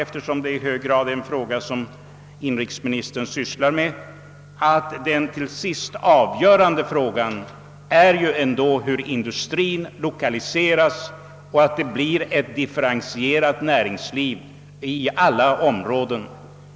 Eftersom detta är en fråga som inrikesministern i hög grad ägnar sig åt vill jag framhålla att den till sist avgörande faktorn ändå är hur industrin lokaliseras och att det blir ett differentierat näringsliv i alla områden.